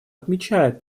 отмечает